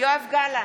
יואב גלנט,